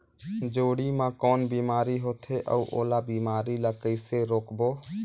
जोणी मा कौन बीमारी होथे अउ ओला बीमारी ला कइसे रोकबो?